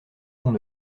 fond